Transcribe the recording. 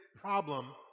problem